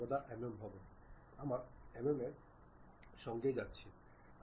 সুতরাং আমি প্রথম এটি নির্বাচন করেছি